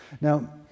Now